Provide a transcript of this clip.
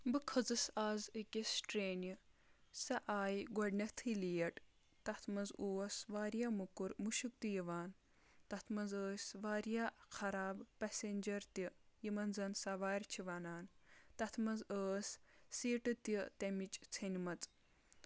بہٕ کھٔژٕس آز أکِس ٹرینہِ سۄ آیہِ گۄڈٕنیٚتھٕے لیٹ تَتھ منٛز اوس واریاہ موٚکُر مُشُک تہِ یِوان تَتھ منٛز ٲسۍ واریاہ خراب پیسنٛجَر تہِ یِمَن زَن سوارِ چھِ وَنان تَتھ منٛز ٲس سیٖٹہٕ تہِ تمِچ ژھٔنمژ